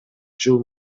жыл